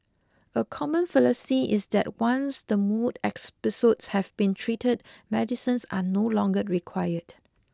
a common fallacy is that once the mood episodes have been treated medicines are no longer required